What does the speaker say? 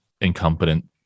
incompetent